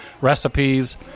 recipes